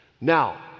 Now